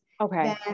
Okay